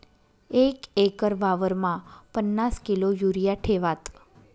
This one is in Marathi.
एक एकर वावरमा पन्नास किलो युरिया ठेवात